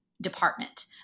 department